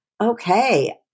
okay